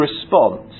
response